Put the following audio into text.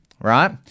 right